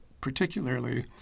particularly